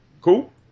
Cool